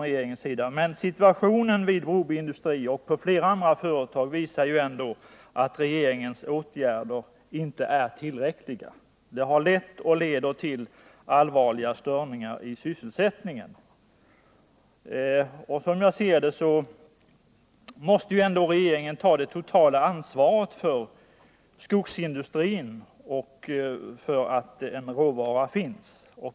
Men situationen vid Broby Industrier och vid flera andra företag visar att regeringens åtgärder inte är tillräckliga, och det har lett och leder till allvarliga störningar i sysselsättningen. Som jag ser det måste regeringen ta det totala ansvaret för skogsindustrin och för att råvaran finns.